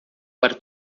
para